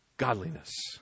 godliness